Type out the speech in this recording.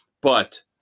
But-